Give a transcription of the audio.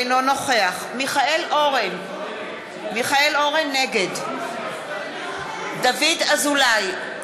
אינו נוכח מיכאל אורן, נגד דוד אזולאי,